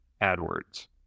AdWords